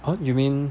oh you mean